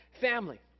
family